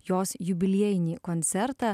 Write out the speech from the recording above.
jos jubiliejinį koncertą